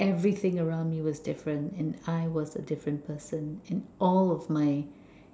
everything around me was different and I was a different person and all of my